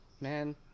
man